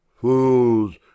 Fools